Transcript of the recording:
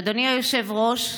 אדוני היושב-ראש,